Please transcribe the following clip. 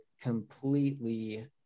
completely